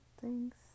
thanks